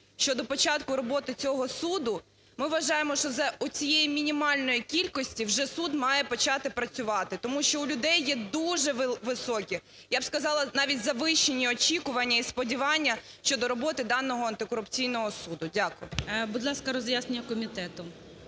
щодо початку роботи цього суду, ми вважаємо, що за цієї мінімальної кількості вже суд має почати працювати. Тому що у людей є дуже високі, я б сказала, навіть завищені, очікування і сподівання щодо роботи даного антикорупційного суду. Дякую. ГОЛОВУЮЧИЙ. Будь ласка, роз'яснення комітету.